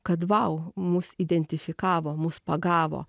kad vau mus identifikavo mus pagavo